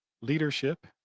leadership